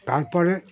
তার পরে